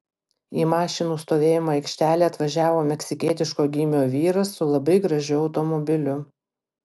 į mašinų stovėjimo aikštelę atvažiavo meksikietiško gymio vyras su labai gražiu automobiliu